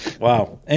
Wow